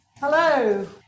Hello